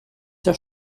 der